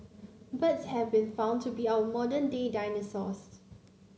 birds have been found to be our modern day dinosaurs